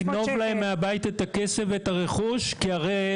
וגם יגנוב להם את הכסף והרכוש מהבית; הרי,